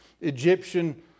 Egyptian